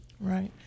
Right